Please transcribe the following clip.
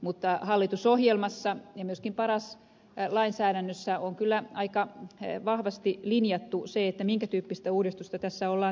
mutta hallitusohjelmassa ja myöskin paras lainsäädännössä on kyllä aika vahvasti linjattu minkä tyyppistä uudistusta tässä ollaan tekemässä